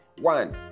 one